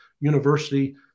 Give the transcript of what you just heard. university